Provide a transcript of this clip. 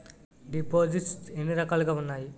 దిపోసిస్ట్స్ ఎన్ని రకాలుగా ఉన్నాయి?